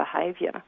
behaviour